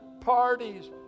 parties